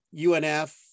UNF